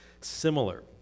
similar